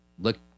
look